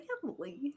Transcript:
family